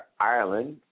Ireland